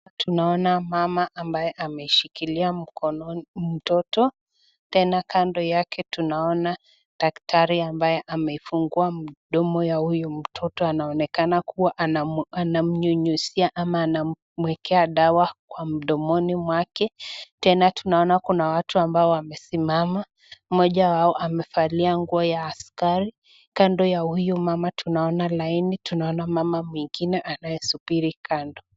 Tunaona mama ambae ameshikilia mtoto tena kando yake tunaona daktari ambae amefungua mdomo ya huyo mtoto anaonekana kuwa anamnyunyuzia ama anamwekea dawa kwa mdomoni mwake, tena tunaona kuna watu ambao wamesimama. Mmoja wao amevalia nguo ya askari kando ya huyo mama tunaona laini, tunaona mama mwengine anaye subiri kando.